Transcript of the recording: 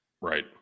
Right